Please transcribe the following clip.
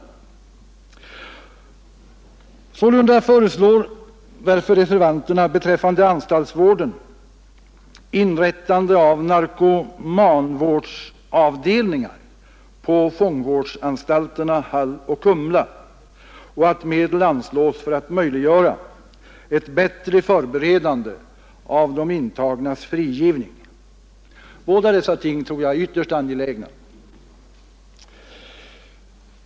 Reservanterna föreslår därför beträffande anstaltsvården inrättande av narkomanvårdsavdelningar på fångvårdsanstalterna Hall och Kumla och att medel anslås för att möjliggöra ett bättre förberedande av de intagnas frigivning. Båda dessa ting tror jag är ytterst angelägna.